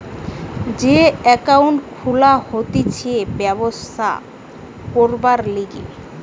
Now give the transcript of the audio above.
যে একাউন্ট খুলা হতিছে ব্যবসা করবার লিগে